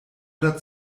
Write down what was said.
oder